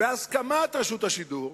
בהסכמת רשות השידור,